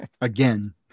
again